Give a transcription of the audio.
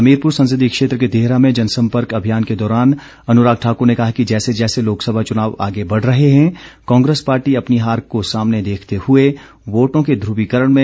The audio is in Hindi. हमीरपुर संसदीय क्षेत्र के देहरा में जनसंपर्क अभियान के दौरान अनुराग ठाक्र ने कहा कि जैसे जैसे लोकसभा चुनाव आगे बढ़ रहे हैं कांग्रेस पार्टी अपनी हार को सामने देखते हुए वोटों के ध्रवीकरण में जुट गई है